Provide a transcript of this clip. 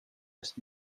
just